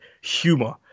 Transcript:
humor